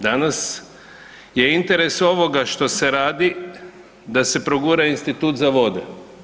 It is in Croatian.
Danas je interes ovoga što se radi da se progura institut za vode.